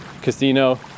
casino